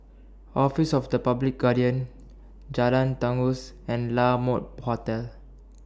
Office of The Public Guardian Jalan Janggus and La Mode Hotel